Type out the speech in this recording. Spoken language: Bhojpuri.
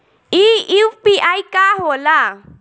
ई यू.पी.आई का होला?